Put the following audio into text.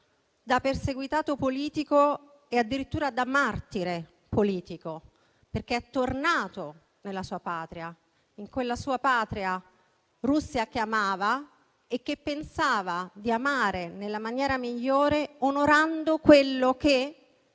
da perseguitato politico e addirittura da martire politico, perché è tornato nella sua patria; in quella sua patria Russia che amava e che pensava di amare nella maniera migliore onorando quello che